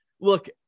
look